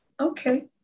okay